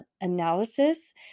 analysis